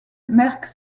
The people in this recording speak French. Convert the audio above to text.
merckx